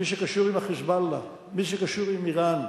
מי שקשור עם ה"חיזבאללה", מי שקשור עם אירן,